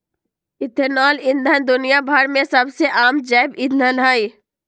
ethanol ईंधन दुनिया भर में सबसे आम जैव ईंधन हई